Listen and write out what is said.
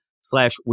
slash